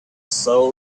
soul